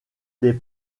des